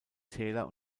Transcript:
täler